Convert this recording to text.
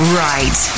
right